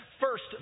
First